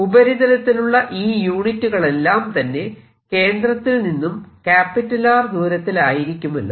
ഉപരിതലത്തിലുള്ള ഈ യൂണിറ്റുകളെല്ലാം തന്നെ കേന്ദ്രത്തിൽ നിന്നും R ദൂരത്തിലായിരിക്കുമല്ലോ